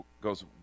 goes